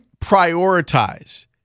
prioritize